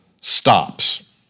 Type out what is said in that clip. stops